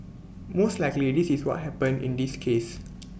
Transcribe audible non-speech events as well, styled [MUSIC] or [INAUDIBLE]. most likely this is what happened [NOISE] in this case [NOISE]